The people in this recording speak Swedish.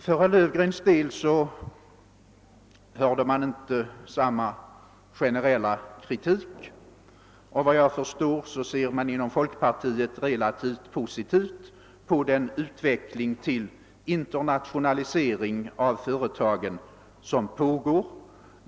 Från herr Löfgren hörde vi inte samma generella kritik. Såvitt jag förstår ser man inom folkpartiet relativt positivt på den utveckling mot internationalisering av företagen som pågår.